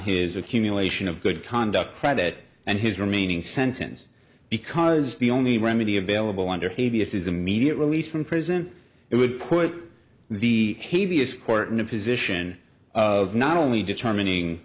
his accumulation of good conduct credit and his remaining sentence because the only remedy available under havey is his immediate release from prison it would put the t v s court in a position of not only determining